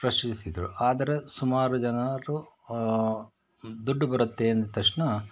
ಪ್ರಶ್ನಿಸಿದರು ಆದರೆ ಸುಮಾರು ಜನರು ದುಡ್ಡು ಬರುತ್ತೆ ಅಂದಿದ್ದು ತಕ್ಷಣ